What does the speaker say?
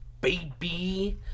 Baby